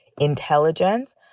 intelligence